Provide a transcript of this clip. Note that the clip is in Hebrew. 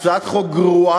הצעת חוק גרועה,